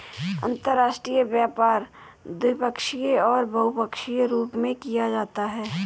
अंतर्राष्ट्रीय व्यापार द्विपक्षीय और बहुपक्षीय रूप में किया जाता है